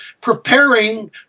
preparing